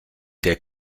der